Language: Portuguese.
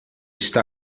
está